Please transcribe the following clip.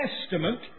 Testament